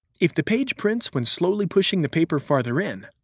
if the page prints when slowly pushing the paper farther in,